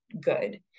good